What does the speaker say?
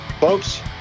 folks